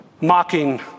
Mocking